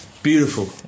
Beautiful